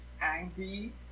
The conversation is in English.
angry